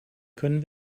können